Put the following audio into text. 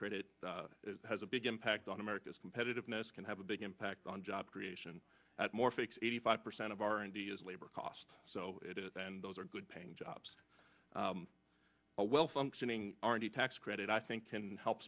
credit has a big impact on america's competitiveness can have a big impact on job creation at more fix eighty five percent of r and d is labor cost so it is and those are good paying jobs a well functioning already tax credit i think can help